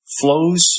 flows